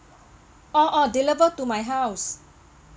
oh oh deliver to my house